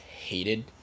hated